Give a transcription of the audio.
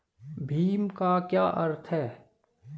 भीम का क्या अर्थ है?